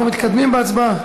אנחנו מתקדמים בהצבעה.